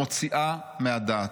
מוציאה מהדעת.